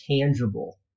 tangible